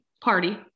Party